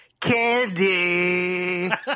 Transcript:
Candy